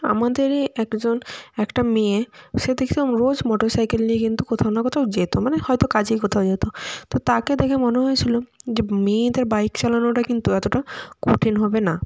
আমাদেরই একজন একটা মেয়ে সে দেখতাম রোজ মোটরসাইকেল নিয়ে কিন্তু কোথাও না কোথাও যেত মানে হয়তো কাজেই কোথাও যেত তো তাকে দেখে মনে হয়েছিল যে মেয়েদের বাইক চালানোটা কিন্তু এতটা কঠিন হবে না